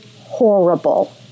horrible